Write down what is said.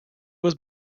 was